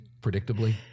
predictably